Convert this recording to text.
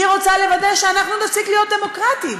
היא רוצה לוודא שאנחנו נפסיק להיות דמוקרטיים.